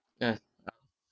uh